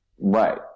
right